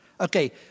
Okay